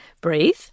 breathe